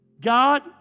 God